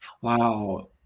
wow